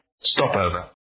stopover